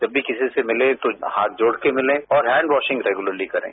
जब भी किसी से मिले तो हाथ जोड़कर मिलें और हैंडवाशिंग रेगुलरती करें